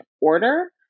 order